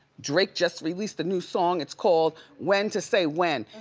drake just released a new song, it's called when to say when,